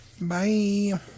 Bye